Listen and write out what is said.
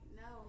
no